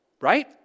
right